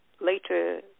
later